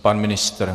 Pan ministr?